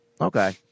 Okay